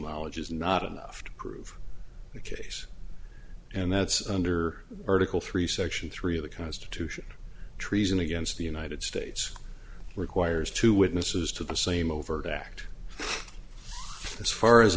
knowledge is not enough to prove the case and that's under article three section three of the constitution treason against the united states requires two witnesses to the same overt act as far as